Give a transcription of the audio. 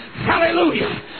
Hallelujah